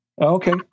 Okay